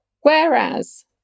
Whereas